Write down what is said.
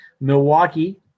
Milwaukee